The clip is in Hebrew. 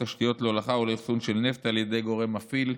תשתיות להולכה ולאחסון של נפט על ידי גורם מפעיל,